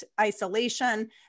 isolation